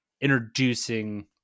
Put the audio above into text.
introducing